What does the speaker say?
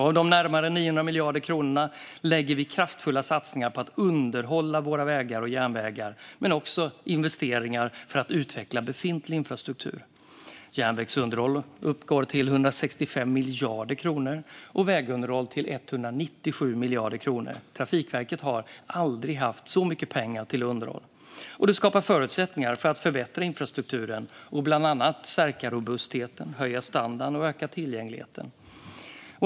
Av de närmare 900 miljarder kronorna lägger vi kraftfulla satsningar på att underhålla våra vägar och järnvägar men också investeringar för att utveckla befintlig infrastruktur. Järnvägsunderhåll uppgår till 165 miljarder kronor och vägunderhåll till 197 miljarder kronor. Trafikverket har aldrig haft så mycket pengar till underhåll. Det skapar förutsättningar för att förbättra infrastrukturen och bland annat stärka robustheten, höja standarden och öka tillgängligheten.